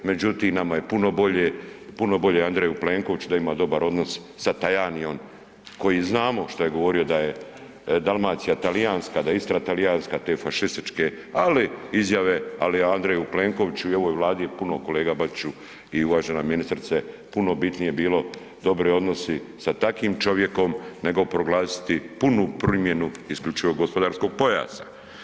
Međutim, nama je puno bolje, puno bolje je Andreju Plenkoviću da ima dobar odnos sa Tajanijom koji znamo šta je govorio da je Dalmacija Talijanska, da je Istra Talijanska, te fašističke, ali, izjave, ali Andreju Plenkoviću i ovoj Vladi je puno, kolega Bačiću i uvažena ministrice, puno bitnije bilo dobri odnosi sa takim čovjekom nego proglasiti punu primjenu isključivog gospodarskog pojasa.